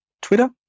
Twitter